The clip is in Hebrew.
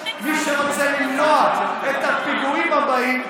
מי שרוצה למנוע את הפיגועים הבאים,